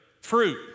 fruit